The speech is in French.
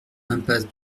impasse